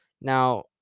now